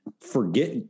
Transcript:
forget